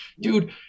dude